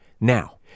Now